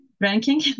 ranking